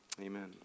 amen